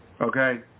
Okay